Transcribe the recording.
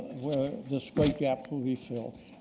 this great gap will be filled.